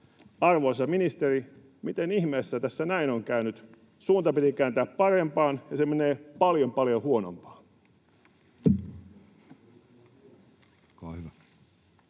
Arvoisa ministeri, miten ihmeessä tässä näin on käynyt? Suunta piti kääntää parempaan, mutta se menee paljon, paljon huonompaan.